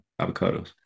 avocados